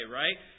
right